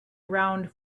around